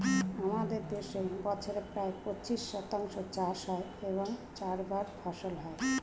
আমাদের দেশে বছরে প্রায় পঁচিশ শতাংশ চাষ হয় এবং চারবার ফসল হয়